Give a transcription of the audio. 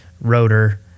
Rotor